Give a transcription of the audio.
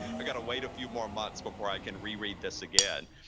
i got to wait a few more months before i can reread this again.